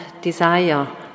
desire